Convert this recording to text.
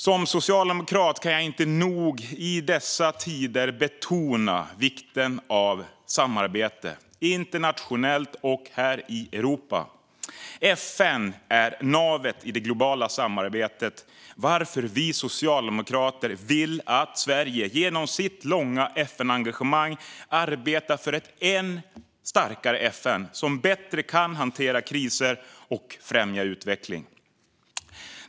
Som socialdemokrat kan jag i dessa tider inte nog betona vikten av samarbete - internationellt och här i Europa. FN är navet i det globala samarbetet, varför vi socialdemokrater vill att Sverige genom sitt långa FN-engagemang ska arbeta för ett ännu starkare FN som bättre kan hantera kriser och främja utveckling.